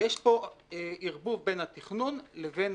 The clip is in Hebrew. יש פה ערבוב בין התכנון לבין